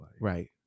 Right